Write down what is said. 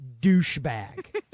douchebag